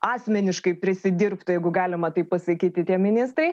asmeniškai prisidirbtų jeigu galima taip pasakyti tie ministrai